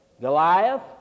Goliath